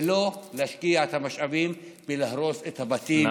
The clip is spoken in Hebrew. ולא להשקיע את המשאבים בלהרוס את הבתים של האנשים.